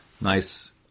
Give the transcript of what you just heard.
Nice